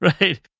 Right